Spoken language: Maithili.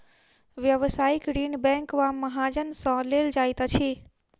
व्यवसायिक ऋण बैंक वा महाजन सॅ लेल जाइत अछि